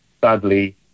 sadly